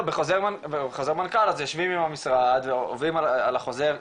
לא בחוזר מנכ"ל אז יושבים עם המשרד ועוברים על החוזר,